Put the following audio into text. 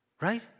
right